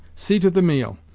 see to the meal,